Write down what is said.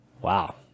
Wow